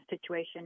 situation